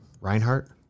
Reinhardt